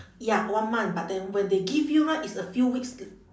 ya one month but then when they give you right it's a few weeks